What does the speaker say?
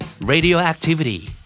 radioactivity